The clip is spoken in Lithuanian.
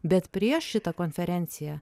bet prieš šitą konferenciją